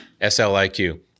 S-L-I-Q